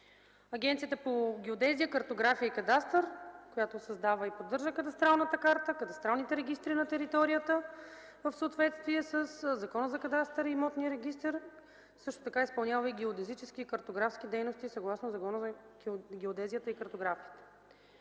Агенцията по геодезия, картография и кадастър, която създава и поддържа кадастралната карта, кадастралните регистри на територията в съответствие със Закона за кадастъра и имотния регистър, също така изпълнява геодезически и картографски дейности съгласно Закона за геодезията и картографията.